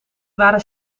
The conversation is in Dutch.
waren